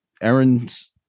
Aaron's